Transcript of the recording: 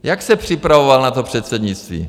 Jak se připravoval na to předsednictví?